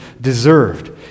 deserved